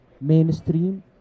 mainstream